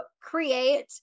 create